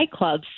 nightclubs